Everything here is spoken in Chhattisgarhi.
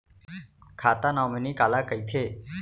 खाता नॉमिनी काला कइथे?